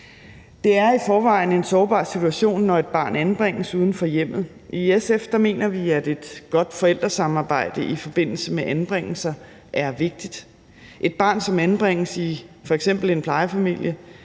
Det er i forvejen en sårbar situation, når et barn anbringes uden for hjemmet. I SF mener vi, at et godt forældresamarbejde i forbindelse med anbringelser er vigtigt. Et barn, som anbringes i f.eks. en plejefamilie,